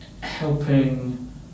helping